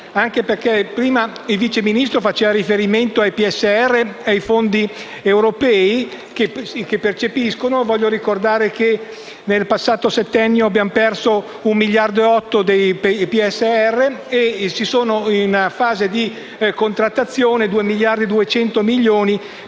Il Vice Ministro prima faceva riferimento al PSR e ai fondi europei che vengono percepiti. Voglio ricordare che nel passato settennio abbiamo perso 1,8 miliardi del PSR e sono in fase di contrattazione 2,2 miliardi per